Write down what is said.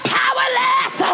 powerless